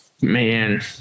Man